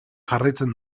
jarraitzen